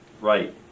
right